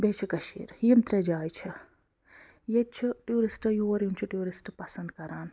بیٚیہِ چھِ کٔشیٖر یِم ترٛےٚ جایہِ چھِ ییٚتہِ چھِ ٹوٗرِسٹ یور یُن چھِ ٹوٗرِسٹ پَسنٛد کران